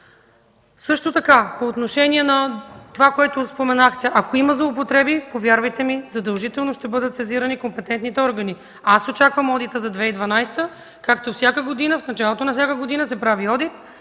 мрежата? В продължение на това, което споменахте, ако има злоупотреби, повярвайте ми, задължително ще бъдат сезирани компетентните органи. Очаквам одита за 2012 г. Всяка година в началото на годината се прави одит